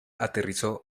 aterrizó